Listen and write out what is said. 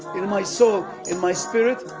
in my soul, in my spirit.